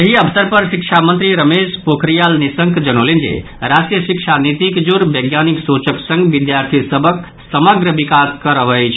एहि अवसर पर शिक्षा मंत्री रमेश पोखड़ियाल निशंक जनौलनि जे राष्ट्रीय शिक्षा नीतिक जोर वैज्ञानिक सोचक संग विद्यार्थी सभक समग्र विकास करब अछि